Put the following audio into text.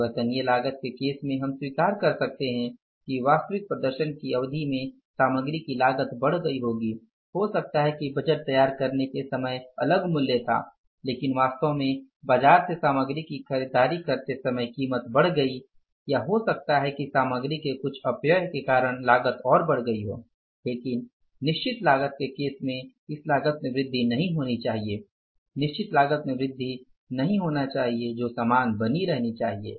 परिवर्तनीय लागत के केस में हम स्वीकार कर सकते हैं कि वास्तविक प्रदर्शन की अवधि में सामग्री की लागत बढ़ गयी होगी हो सकता है कि बजट तैयार करने के समय अलग मूल्य था लेकिन वास्तव में बाजार से सामग्री की खरीदारी करते समय कीमत बढ़ गई या हो सकता है कि सामग्री के कुछ अपव्यय के कारण लागत और बढ़ गई हो लेकिन निश्चित लागत के केस में इस लागत में वृद्धि नहीं होनी चाहिए निश्चित लागत में वृद्धि नहीं होनी चाहिए जो समान बनी रहनी चाहिए